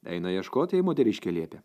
eina ieškot jei moteriškė liepia